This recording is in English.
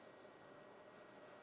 uh don't have eh